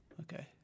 Okay